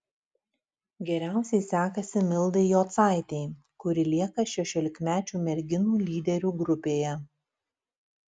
geriausiai sekasi mildai jocaitei kuri lieka šešiolikmečių merginų lyderių grupėje